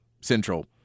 Central